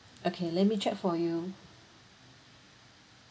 okay let me check for you